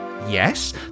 Yes